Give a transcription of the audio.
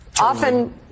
often